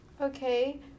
Okay